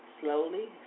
Slowly